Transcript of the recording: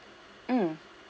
mm